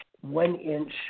one-inch